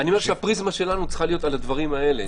הפריזמה שלנו צריכה להיות על הדברים האלה.